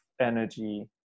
energy